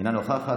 אינה נוכחת.